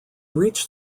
reached